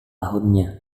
tahunnya